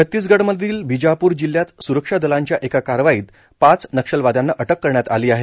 छतीसगडमधील बिजापूर जिल्हयात स्रक्षादलांच्या एका कारवाईत पाच नक्षलवाद्यांना अटक करण्यात आली आहे